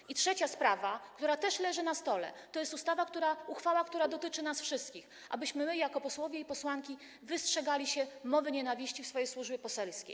I trzecia sprawa, która też leży na stole, to jest ustawa, która uchwala, a dotyczy nas wszystkich, abyśmy my jako posłowie i posłanki wystrzegali się mowy nienawiści w swojej służbie poselskiej.